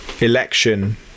election